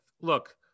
Look